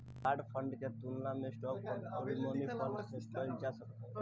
bond fund के तुलना stock fund अउरी मनीफंड से कईल जा सकत हवे